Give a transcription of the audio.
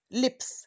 lips